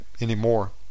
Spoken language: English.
anymore